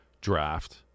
draft